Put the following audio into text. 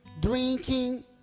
drinking